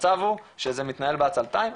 המצב הוא שזה מתנהל בעצלתיים.